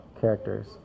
characters